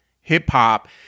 hip-hop